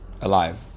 alive